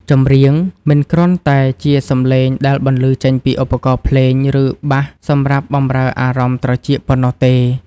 ចម្រៀងមិនគ្រាន់តែជាសម្លេងដែលបន្លឺចេញពីឧបករណ៍ភ្លេង ឬបាសសម្រាប់បម្រើអារម្មណ៍ត្រចៀកប៉ុណ្ណោះទេ។